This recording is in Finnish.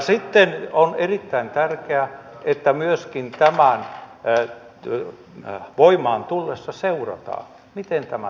sitten on erittäin tärkeää että myöskin tämän voimaan tullessa seurataan miten tämä toimii